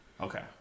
Okay